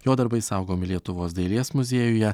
jo darbai saugomi lietuvos dailės muziejuje